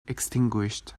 extinguished